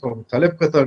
מספר מתחלף קטן,